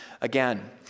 again